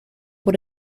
por